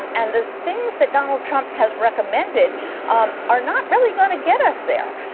and the things that donald trump has recommended um are not really going to get us there.